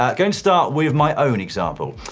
ah going to start with my own example.